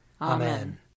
Amen